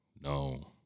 no